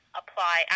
apply